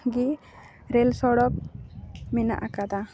ᱜᱮ ᱨᱮᱞ ᱥᱚᱲᱚᱠ ᱢᱮᱱᱟᱜ ᱟᱠᱟᱫᱟ